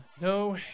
No